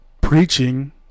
preaching